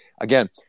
again